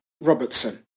Robertson